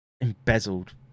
embezzled